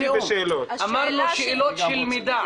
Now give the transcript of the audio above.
אמרנו שאלות של מידה.